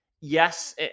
yes